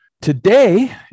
Today